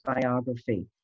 biography